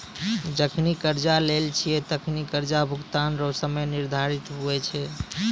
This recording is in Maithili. जखनि कर्जा लेय छै तखनि कर्जा भुगतान रो समय निर्धारित हुवै छै